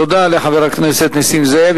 תודה לחבר הכנסת נסים זאב.